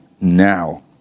now